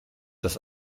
das